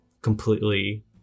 completely